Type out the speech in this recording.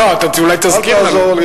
לא, אתה אולי תזכיר לנו.